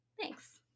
thanks